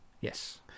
Yes